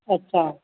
अच्छा